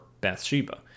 Bathsheba